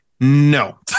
no